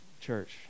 church